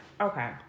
Okay